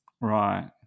Right